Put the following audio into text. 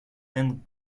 and